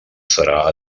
serà